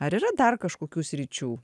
ar yra dar kažkokių sričių